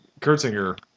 Kurtzinger